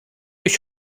ich